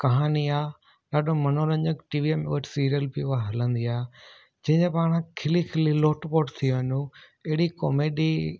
कहानी आहे ॾाढो मनोरंजक टीवी में सीरिअल पियो हलंदी आहे जंहिंमें पाण खिली खिली लोट पोट थी वञूं एॾी कॉमेडी